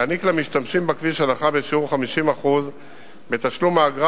להעניק למשתמשים בכביש הנחה בשיעור 50% בתשלום האגרה